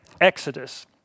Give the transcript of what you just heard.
Exodus